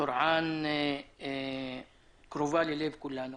טורעאן קרובה ללב שכולנו